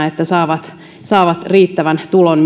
että saavat saavat riittävän tulon